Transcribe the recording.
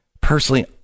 Personally